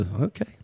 okay